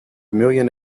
million